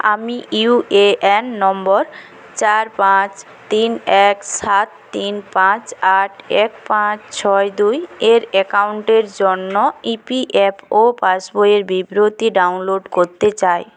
আমি U A N number চার পাঁচ তিন এক সাত তিন পাঁচ আট এক পাঁচ ছয় দুইয়ের অ্যাকাউন্টের জন্য ই পি এফ ও পাসবইয়ের বিবৃতি ডাউনলোড করতে চাই